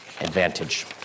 advantage